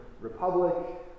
Republic